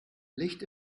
licht